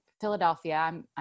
Philadelphia